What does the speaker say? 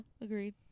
agreed